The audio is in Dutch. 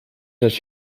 dat